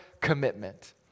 commitment